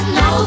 no